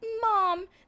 Mom